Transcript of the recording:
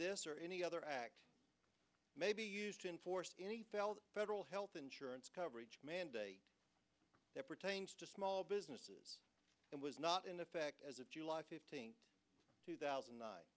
this or any other act may be used to enforce any federal health insurance coverage mandate that pertains to small businesses and was not in effect as of july fifteenth two thousand